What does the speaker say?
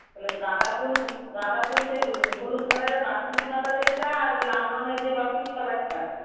তাহলে গাঁদা ফুল গাঁদা ফুল সেই হলুদ কালারের বাসন্তী গাঁদা যেইটা আর লাল রঙের যেই বাসন্তী কালারটা